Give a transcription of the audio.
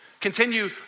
Continue